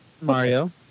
Mario